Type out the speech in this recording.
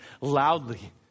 loudly